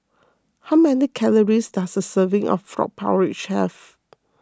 how many calories does a serving of Frog Porridge have